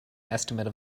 estimate